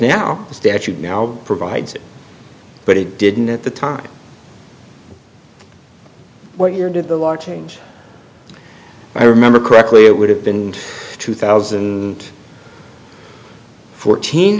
the statute now provides it but it didn't at the time what year did the law change i remember correctly it would have been two thousand and fourteen